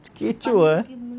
it's kechova